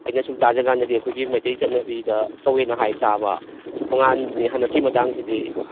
ꯑꯩꯅ ꯁꯨꯝ ꯇꯥꯖꯀꯥꯟꯗꯗꯤ ꯑꯩꯈꯣꯏꯒꯤ ꯃꯩꯇꯩ ꯆꯠꯅꯕꯤꯗ ꯇꯧꯋꯦꯅ ꯍꯥꯏ ꯇꯥꯕ ꯇꯣꯉꯥꯜꯂꯦ ꯍꯥꯏꯅ ꯍꯟꯗꯛꯀꯤ ꯃꯇꯥꯡꯁꯤꯗꯤ